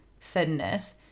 thinness